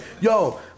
yo